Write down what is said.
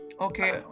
okay